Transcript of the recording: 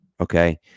Okay